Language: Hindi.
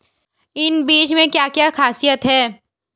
इन बीज में क्या क्या ख़ासियत है?